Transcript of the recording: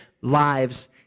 lives